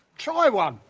try one.